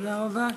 תודה רבה.